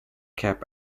cap